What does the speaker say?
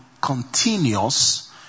continuous